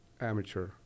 amateur